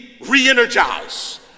Re-energize